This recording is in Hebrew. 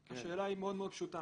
השאלה היא מאוד מאוד פשוטה,